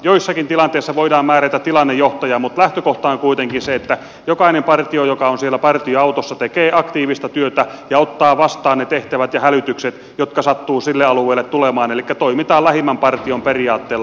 joissakin tilanteissa voidaan määrätä tilannejohtaja mutta lähtökohta on kuitenkin se että jokainen partio joka on siellä partioautossa tekee aktiivista työtä ja ottaa vastaan ne tehtävät ja hälytykset jotka sattuvat sille alueelle tulemaan elikkä toimitaan lähimmän partion periaatteella